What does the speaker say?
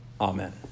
Amen